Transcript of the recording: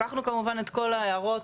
לקחנו את כל ההערות,